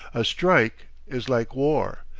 a strike is like war.